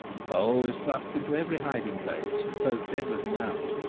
the pole is thrust into every hiding-place, and pokes everything out.